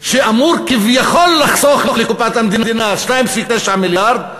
שאמור כביכול לחסוך לקופת המדינה 2.9 מיליארד,